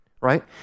right